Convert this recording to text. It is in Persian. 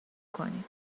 کنم